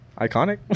iconic